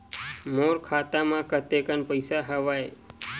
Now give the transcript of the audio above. मोर खाता म कतेकन पईसा हवय?